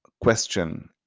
question